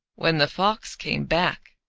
when the fox came back,